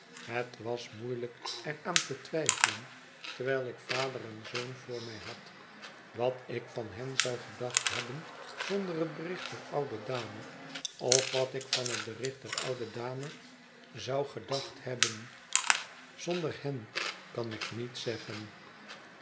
het was moeielijk er aan te twijfelen terwijl ik vader en zoon voor mij had wat ik van hen zou gedacht hebben zonder het bericht der oude dame of wat ik van het bericht der oude dame zou gedacht hebben zonder hen kan ik niet zeggen